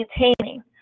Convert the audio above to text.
maintaining